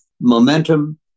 momentum